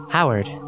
Howard